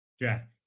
Jack